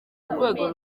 rwego